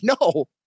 no